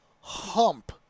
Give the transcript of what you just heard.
hump